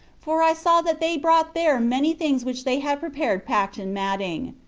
for i saw that they brought there many things which they had prepared packed in matting.